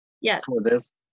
yes